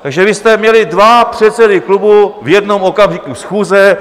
Takže vy jste měli dva předsedy klubu v jednom okamžiku schůze!